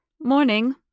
Morning